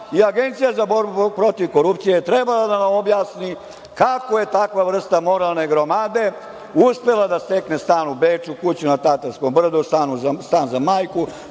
miliona. Agencija za borbu protiv korupcije je trebala da nam objasni kako je takva vrsta moralne gromade uspela da stekne stan u Beču, kuću na Tatarskom brdu, stan za majku,